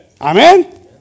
Amen